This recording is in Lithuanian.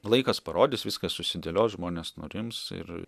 laikas parodys viskas susidėlios žmonės nurims ir